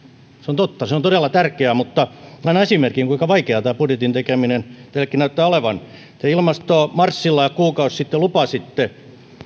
on totta että se on todella tärkeää mutta annan esimerkin kuinka vaikeaa tämän budjetin tekeminen teillekin näyttää olevan te ilmastomarssilla kuukausi sitten lupasitte